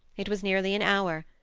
it was nearly an hour,